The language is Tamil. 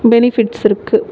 பெனிஃபிட்ஸ் இருக்குது